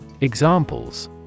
Examples